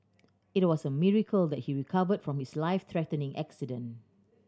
it was a miracle that he recovered from his life threatening accident